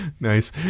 Nice